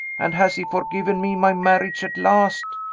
and has he forgiven me my marriage at last?